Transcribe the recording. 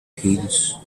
heels